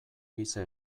giza